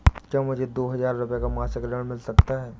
क्या मुझे दो हजार रूपए का मासिक ऋण मिल सकता है?